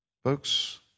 Folks